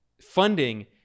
funding